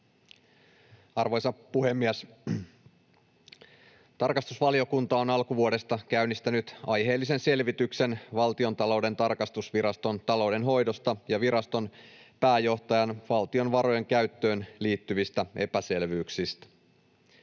Arvoisa puhemies! Tarkastusvaliokunta on alkuvuodesta käynnistänyt aiheellisen selvityksen Valtiontalouden tarkastusviraston taloudenhoidosta ja viraston pääjohtajan valtion varojen käyttöön liittyvistä epäselvyyksistä.